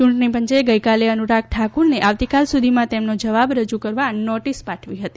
ચૂંટણીપંચે ગઇકાલે અનુરાગ ઠાકુરને આવતીકાલ સુધીમાં તેમનો જવાબ રજૂ કરવા નોટીસ પાઠવી હતી